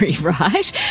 right